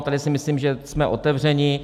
Tady si myslím, že jsme otevřeni.